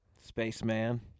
Spaceman